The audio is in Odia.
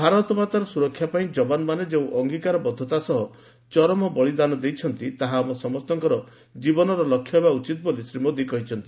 ଭାରତମାତାର ସୁରକ୍ଷା ପାଇଁ ଯବାନମାନେ ଯେଉଁ ଅଙ୍ଗିକାରବଦ୍ଧତା ସହ ଚରମ ବଳିଦାନ ଦେଇଛନ୍ତି ତାହା ଆମ ସମସ୍ତଙ୍କର ଜୀବନର ଲକ୍ଷ୍ୟ ହେବା ଉଚିତ ବୋଲି ଶ୍ରୀ ମୋଦୀ କହିଛନ୍ତି